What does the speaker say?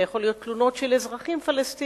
זה יכול להיות תלונות של אזרחים פלסטינים,